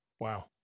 Wow